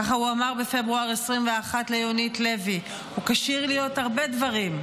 ככה הוא אמר בפברואר 2021 ליונית לוי: הוא כשיר להיות הרבה דברים,